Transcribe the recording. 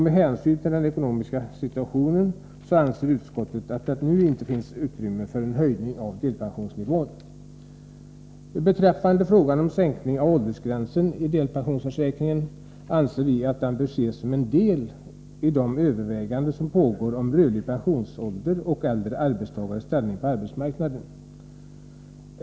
Med hänsyn till den ekonomiska situationen anser utskottet att det inte nu finns utrymme för en höjning av delpensionsnivån. Beträffande frågan om sänkning av åldersgränsen i delpensionsförsäkringen anser vi att den bör ses som en del av de överväganden som pågår om rörlig pensionsålder och äldre arbetstagares ställning på arbetsmarknaden.